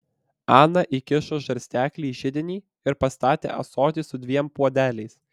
ana įkišo žarsteklį į židinį ir pastatė ąsotį su dviem puodeliais